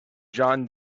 john